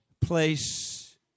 place